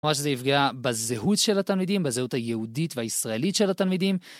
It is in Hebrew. ממש זה יפגע בזהות של התלמידים, בזהות היהודית והישראלית של התלמידים.